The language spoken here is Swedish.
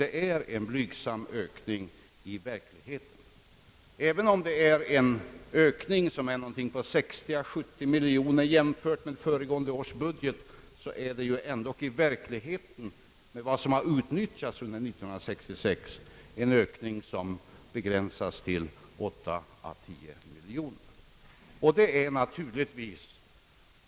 Det är en blygsam ökning i verkligheten, ty även om ökningen är 60 å 70 miljoner i jämförelse med föregående års budget, så är ökningen vid en jämförelse med vad som har utnyttjats under år 1966 endast 8 å 10 miljoner.